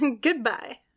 Goodbye